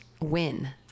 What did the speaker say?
win